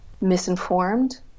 misinformed